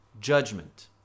Judgment